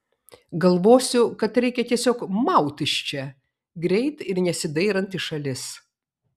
galvosiu kad reikia tiesiog maut iš čia greit ir nesidairant į šalis